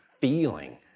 feeling